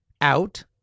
out